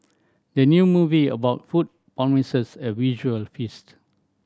the new movie about food promises a visual feast